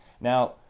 Now